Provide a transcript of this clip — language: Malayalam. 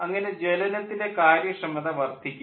അങ്ങനെ ജ്വലനത്തിൻ്റെ കാര്യക്ഷമത വർദ്ധിക്കുന്നു